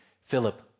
Philip